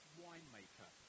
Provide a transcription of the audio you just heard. winemaker